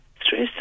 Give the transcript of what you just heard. Stress